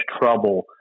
trouble